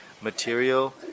material